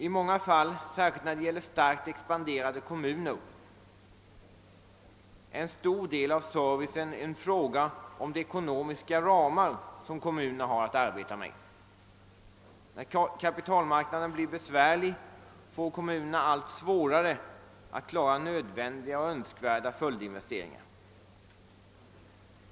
I många fall, särskilt när det gäller starkt expanderande kommuner, är en stor del av servicen en fråga om de ekonomiska ramar som kommunerna har att arbeta med. När kapitalmarknaden blir besvärlig får kommunerna allt svårare att klara nödvändiga och önsk värda följdinvesteringar.